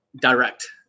direct